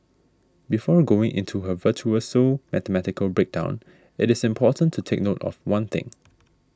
before going into her virtuoso mathematical breakdown it is important to take note of one thing